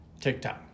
TikTok